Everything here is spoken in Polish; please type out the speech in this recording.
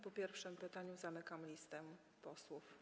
Po pierwszym pytaniu zamknę listę posłów.